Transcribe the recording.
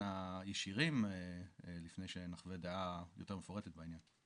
הישירים לפני שאני אחווה דעה יותר מפורטת בעניי.